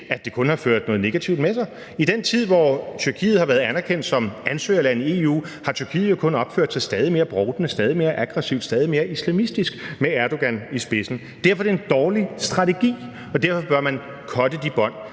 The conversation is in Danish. at det kun har ført noget negativt med sig. I den tid, hvor Tyrkiet har været anerkendt som et ansøgerland i EU, har Tyrkiet jo kun opført sig stadig mere brovtende, stadig mere aggressivt og stadig mere islamistisk med Erdogan i spidsen. Derfor er det en dårlig strategi, og derfor bør man cutte de bånd.